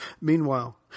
Meanwhile